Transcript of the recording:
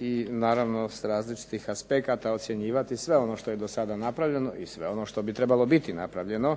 i naravno sa različitih aspekata ocjenjivati sve ono što je do sada napravljeno i sve ono što bi trebalo biti napravljeno